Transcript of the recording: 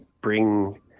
bring